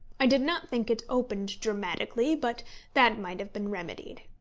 i did not think it opened dramatically, but that might have been remedied.